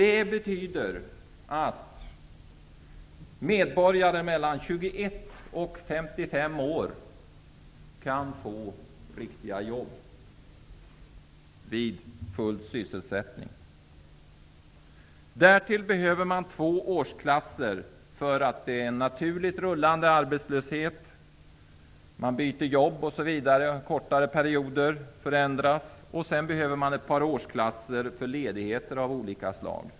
Det betyder att medborgare i åldrarna 21--55 år vid full sysselsättning kan få riktiga jobb. Därtill behöver man två årsklasser, eftersom det är en naturligt rullande arbetslöshet -- man byter jobb under kortare perioder osv. Vidare behöver man ett par årsklasser för ledigheter av olika slag.